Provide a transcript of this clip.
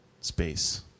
space